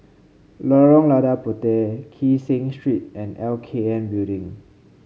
Lorong Lada Puteh Kee Seng Street and L K N Building